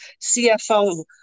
CFO